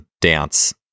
dance